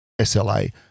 SLA